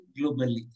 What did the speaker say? globally